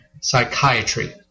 Psychiatry